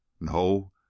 No